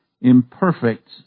imperfect